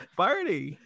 party